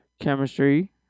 chemistry